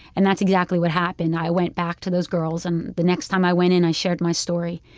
and that's exactly what happened. i went back to those girls, and the next time i went in, i shared my story.